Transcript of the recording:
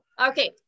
Okay